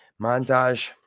montage